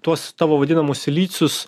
tuos tavo vadinamus lycius